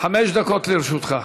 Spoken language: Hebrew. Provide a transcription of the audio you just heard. חמש דקות לרשותך.